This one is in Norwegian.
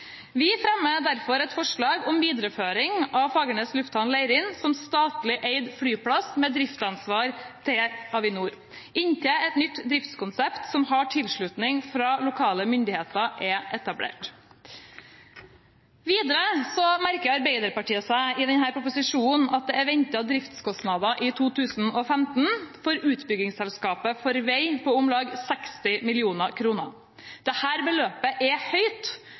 Vi fremmer derfor et forslag om videreføring av Fagernes lufthavn, Leirin som statlig eid flyplass med driftsansvar tillagt Avinor inntil et nytt driftskonsept som har tilslutning fra lokale myndigheter, er etablert. Videre merker Arbeiderpartiet seg i denne proposisjonen at det er ventet driftskostnader i 2015 for utbyggingsselskapet for vei på om lag 60 mill. kr. Dette beløpet er høyt